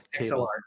XLR